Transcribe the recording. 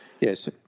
Yes